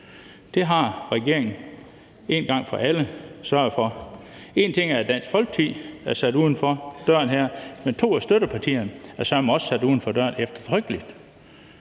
Det har regeringen en gang for alle sørget for. En ting er, at Dansk Folkeparti er sat uden for døren her, men noget andet er, at to af støttepartierne søreme også er sat uden for døren, eftertrykkeligt.